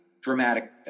dramatic